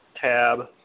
tab